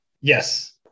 Yes